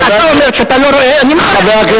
אם אתה אומר שאתה לא רואה, אני מברך על זה.